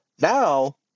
now